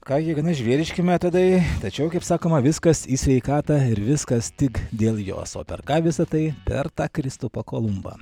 ką gi gana žvėriški metodai tačiau kaip sakoma viskas į sveikatą ir viskas tik dėl jos o per ką visa tai per tą kristupą kolumbą